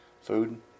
Food